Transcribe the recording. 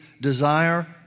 desire